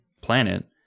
planet